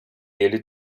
ele